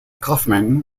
kaufman